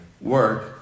work